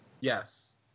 Yes